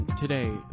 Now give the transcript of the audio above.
today